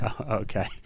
Okay